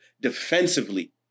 defensively